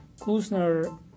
Klusner